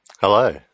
hello